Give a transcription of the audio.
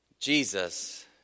Jesus